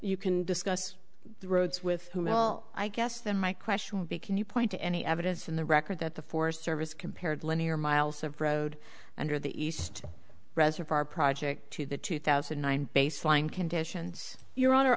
you can discuss the roads with whom l i guess then my question would be can you point to any evidence in the record that the forest service compared linear miles of road under the east reservoir project to the two thousand and nine baseline conditions your hon